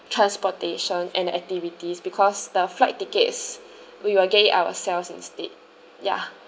transportation and activities because the flight tickets we will get it ourselves instead ya